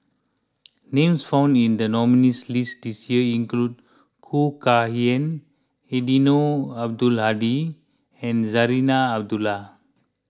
names found in the nominees' list this year include Khoo Kay Hian Eddino Abdul Hadi and Zarinah Abdullah